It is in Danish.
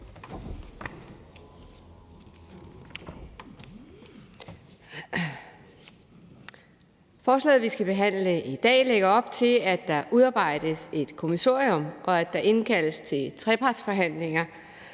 Forslaget, vi skal behandle i dag, lægger op til, at der udarbejdes et kommissorium, og at der indkaldes til trepartsforhandlinger